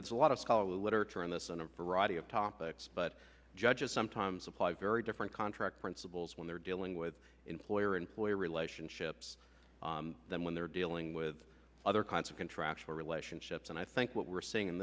there's a lot of scholarly literature on this on a variety of topics but judges sometimes apply different contract principles when they're dealing with employer employee relationships than when they're dealing with other kinds of contractual relationships and i think what we're seeing in